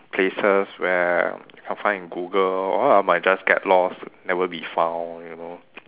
places where I'll find in Google or I might just get lost never be found you know